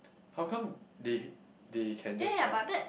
how come they they can just like